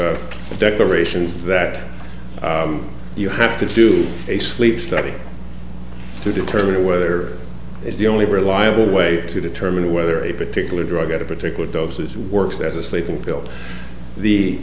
decorations that your have to do a sleep study to determine whether it's the only reliable way to determine whether a particular drug at a particular doses works as a sleeping pill the